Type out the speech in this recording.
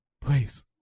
please